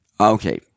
Okay